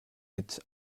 mit